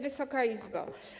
Wysoka Izbo!